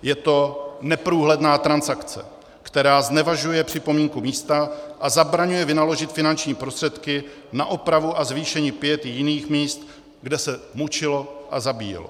Je to neprůhledná transakce, která znevažuje připomínku místa a zabraňuje vynaložit finanční prostředky na opravdu a zvýšení piety jiných míst, kde se mučilo a zabíjelo.